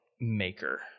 maker